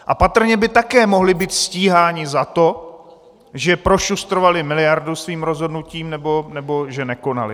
A patrně by také mohli být stíháni za to, že prošustrovali miliardu svým rozhodnutím nebo že nekonali.